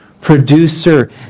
producer